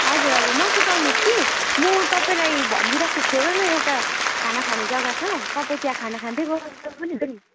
हजुर हजुर नसुर्ताउनुहोस् कि म तपाईँलाई भनिदिइराक्छु छेवैमा एउटा खाना खाने जग्गा छ तपाईँ त्यहाँ खाना खाँदै गर्दा पनि हुन्छ नि